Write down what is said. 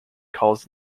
calls